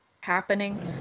happening